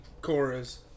chorus